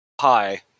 Hi